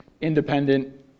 independent